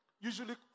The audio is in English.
usually